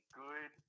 good